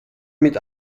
mit